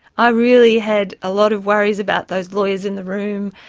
i really had a lot of worries about those lawyers in the room,